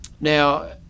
Now